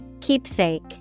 Keepsake